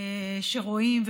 השחור שרואים,